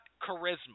charisma